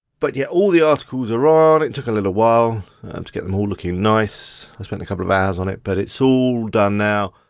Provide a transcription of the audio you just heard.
but yeah, all the articles are on, it took a little while to get them all looking nice. i spent a couple of hours on it, but it's all done now.